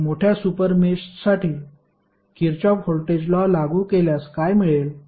तर आपण मोठ्या सुपर मेषसाठी किरचॉफ व्होल्टेज लॉ लागू केल्यास काय मिळेल